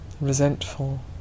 resentful